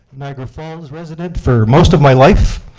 niagara falls resident for most of my life.